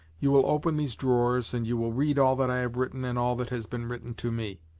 you will open these drawers and you will read all that i have written and all that has been written to me.